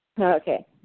Okay